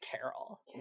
Carol